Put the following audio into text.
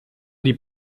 die